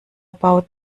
baut